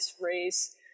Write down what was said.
race